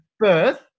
birth